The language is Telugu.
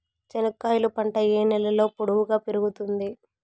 చెనక్కాయలు పంట ఏ నేలలో పొడువుగా పెరుగుతుంది?